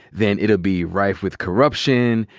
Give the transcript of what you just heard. then it'll be rife with corruption.